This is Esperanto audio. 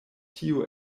tio